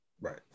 Right